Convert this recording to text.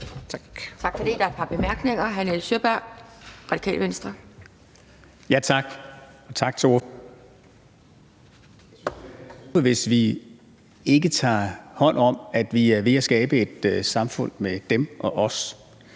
hvis vi ikke tager hånd om, at vi er ved at skabe et samfund med dem og os.